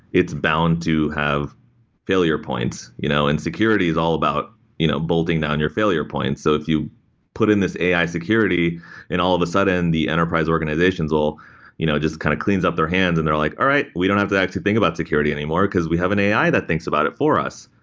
it's bound to have failure points, you know and security is all about you know bolting down your failure points. so if you put in this ai security and all of a sudden the enterprise organizations will you know just kind of cleans up their hands and they're like, all right. we don't have to actually think about security anymore because we have an ai that thinks about it for us.